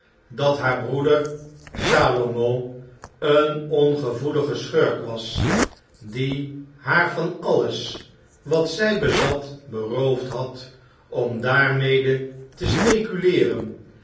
dat haar broeder salomo een ongevoelige schurk was die haar van alles wat zj bezat beroofd had om daarmede te speculeeren